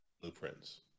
blueprints